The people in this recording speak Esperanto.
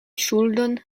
ŝuldon